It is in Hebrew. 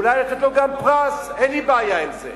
אולי לתת לו גם פרס, אין לי בעיה עם זה,